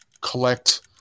collect